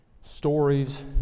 stories